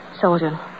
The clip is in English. Soldier